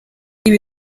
ibi